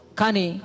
kani